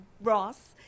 Ross